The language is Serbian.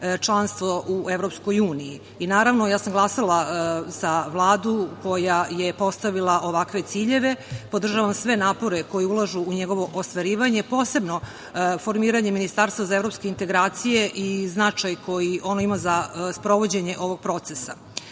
članstvo u EU. Naravno, ja sam glasala za Vladu koja je postavila ovakve ciljeve. Podržavam sve napore koji ulažu u njegovo ostvarivanje, posebno formiranje Ministarstva za evropske integracije i značaj koji ono ima za sprovođenje ovog procesa.